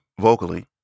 vocally